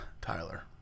tyler